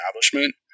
establishment